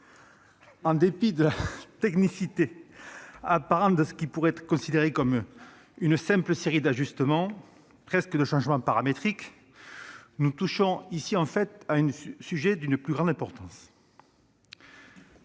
En dépit de la technicité apparente de ce qui pourrait être considéré comme une simple série d'ajustements, voire de changements paramétriques, nous touchons en fait à un sujet d'une plus grande importance